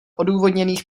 odůvodněných